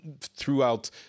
throughout